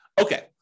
Okay